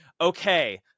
okay